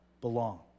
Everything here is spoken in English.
belong